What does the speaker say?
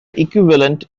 equivalent